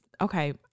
Okay